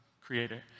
creator